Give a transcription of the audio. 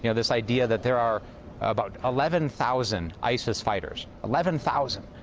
you know this idea that there are about eleven thousand isis fighters, eleven thousand.